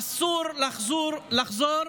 אסור לחזור